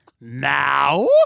Now